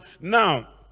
Now